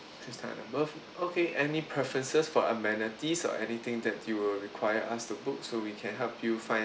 three star and above okay any preferences for amenities or anything that you will require us to book so we can help you find